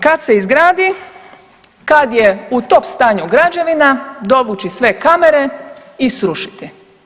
Kad se izgradi, kad je u top stanju građevina, dovući sve kamere i srušiti.